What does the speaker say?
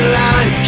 line